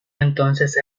entonces